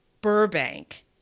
Burbank